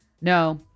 No